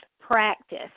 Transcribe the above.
practice